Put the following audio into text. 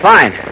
Fine